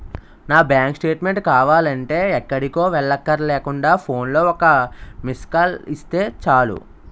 నా bank statement కావాలంటే ఎక్కడికో వెళ్ళక్కర్లేకుండా ఫోన్లో ఒక్క మిస్కాల్ ఇస్తే చాలు